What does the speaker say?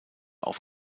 auf